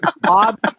Bob